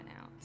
out